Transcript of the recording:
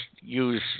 use